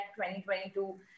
2022